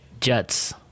Jets